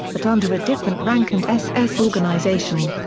but under a different rank and ss organization.